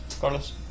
Carlos